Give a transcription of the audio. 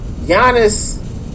Giannis